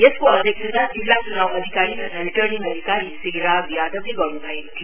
यसको अध्यक्षता जिल्ला चुनाव अधिकारी तथा रिटर्निङ अधिकारी श्री राज यादवले गर्नु भएको थियो